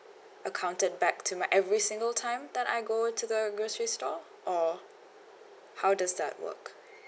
accounted back to my every single time that I go to the grocery store or how does that work